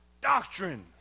doctrine